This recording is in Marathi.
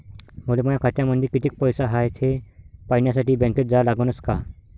मले माया खात्यामंदी कितीक पैसा हाय थे पायन्यासाठी बँकेत जा लागनच का?